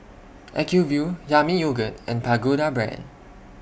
Acuvue Yami Yogurt and Pagoda Brand